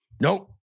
Nope